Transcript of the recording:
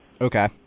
Okay